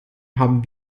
haben